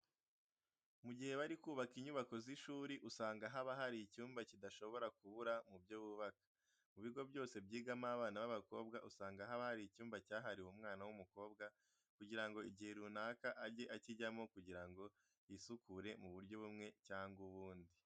Mu gihe bari kubaka inyubako z'ishuri usanga haba hari icyumba kidashobora kubura mu byo bubaka. Mu bigo byose byigamo abana b'abakobwa usanga haba hari icyumba cyahariwe umwana w'umukobwa kugira ngo igihe runaka ajye akijyamo kugira ngo yisukure mu buryo bumwe cyangwa ubundi.